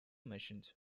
missions